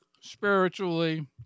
spiritually